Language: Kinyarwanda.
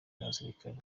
n’abasirikare